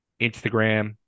Instagram